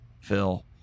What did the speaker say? Phil